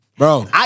Bro